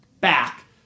back